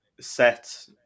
set